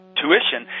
tuition